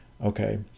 Okay